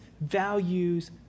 values